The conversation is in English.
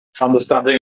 understanding